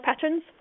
patterns